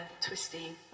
twisty